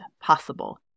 possible